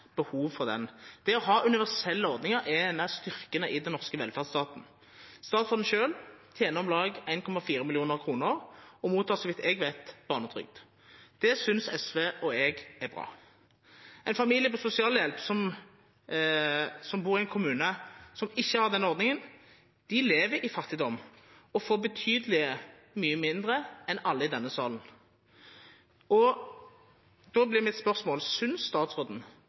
behov for den. Det å ha universelle ordninger er en av styrkene i den norske velferdsstaten. Statsråden selv tjener om lag 1,4 mill. kr og mottar, så vidt jeg vet, barnetrygd. Det synes SV og jeg er bra. En familie på sosialhjelp som bor i en kommune som ikke har den ordningen, lever i fattigdom og får betydelig mye mindre enn alle i denne salen. Da blir mitt spørsmål: Synes statsråden